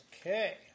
Okay